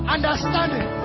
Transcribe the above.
Understanding